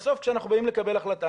בסוף כשאנחנו באים לקבל החלטה,